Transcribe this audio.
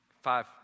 five